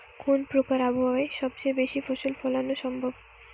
কোন প্রকার আবহাওয়ায় সবচেয়ে বেশি ফসল ফলানো সম্ভব হয়?